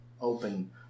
open